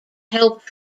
helped